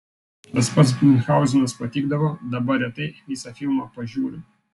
tas pats miunchauzenas patikdavo dabar retai visą filmą pažiūriu